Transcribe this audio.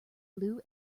blue